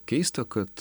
keista kad